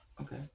Okay